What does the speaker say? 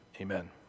Amen